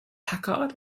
packard